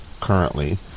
currently